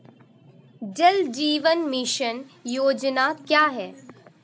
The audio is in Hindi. जल जीवन मिशन योजना क्या है?